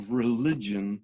religion